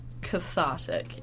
cathartic